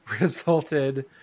resulted